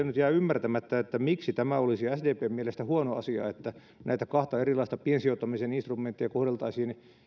nyt ymmärtämättä miksi tämä olisi sdpn mielestä huono asia että näitä kahta erilaista piensijoittamisen instrumenttia kohdeltaisiin